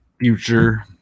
future